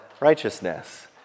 righteousness